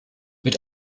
mit